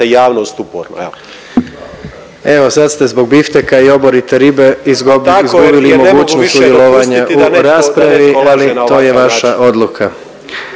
Gordan (HDZ)** Evo sad ste zbog bifteka i oborite ribe izgubili mogućnost sudjelovanja u raspravi, ali to je vaša odluka.